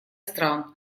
стран